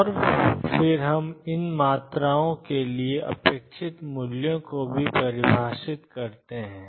और फिर हम इन मात्राओं के लिए अपेक्षित मूल्यों को भी परिभाषित करते हैं